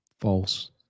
False